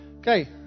okay